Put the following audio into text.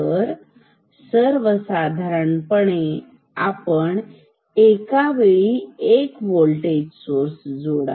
तर सर्वसाधारणपणे आपण एका वेळी एक व्होल्टेज स्त्रोत जोडा